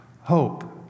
Hope